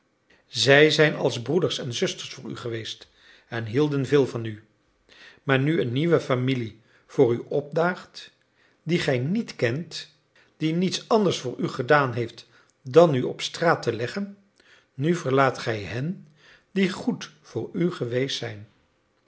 zij zijn als broeders en zusters voor u geweest en hielden veel van u maar nu een nieuwe familie voor u opdaagt die gij niet kent die niets anders voor u gedaan heeft dan u op straat te leggen nu verlaat gij hen die goed voor u geweest zijn